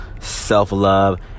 self-love